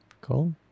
Cool